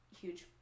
huge